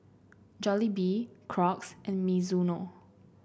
Jollibee Crocs and Mizuno